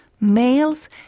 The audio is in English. males